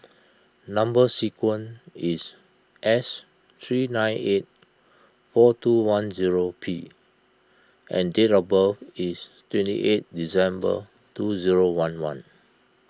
Number Sequence is S three nine eight four two one zero P and date of birth is twenty eighth December two zero one one